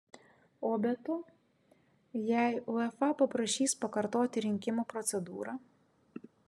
o be to jei uefa paprašys pakartoti rinkimų procedūrą